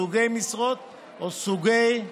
סוגי משרות או סוגי דירוגים.